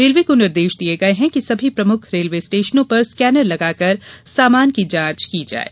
railway को निर्देश दिये गये कि सभी प्रमुख रेलवे स्टेशनों पर स्कैनर लगाकर सामान की जाँच की जाये